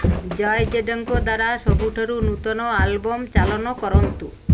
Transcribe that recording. ଜୟ ଜେଡ଼ଙ୍କ ଦ୍ୱାରା ସବୁଠାରୁ ନୂତନ ଆଲବମ୍ ଚାଳନ କରନ୍ତୁ